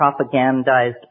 propagandized